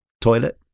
toilet